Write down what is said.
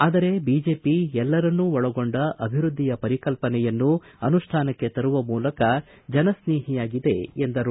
ಆದರೆ ಬಿಜೆಪಿ ಎಲ್ಲರನ್ನೂ ಒಳಗೊಂಡ ಅಭಿವೃದ್ದಿಯ ಪರಿಕಲ್ಪನೆಯನ್ನು ಅನುಷ್ಠಾನಕ್ಕೆ ತರುವ ಮೂಲಕ ಜನಸ್ನೇಹಿಯಾಗಿದೆ ಎಂದರು